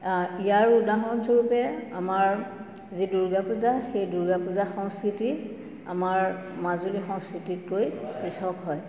ইয়াৰ উদাহৰণস্বৰূপে আমাৰ যি দুৰ্গা পূজা সেই দুৰ্গা পূজা সংস্কৃতি আমাৰ মাজুলী সংস্কৃতিতকৈ পৃথক হয়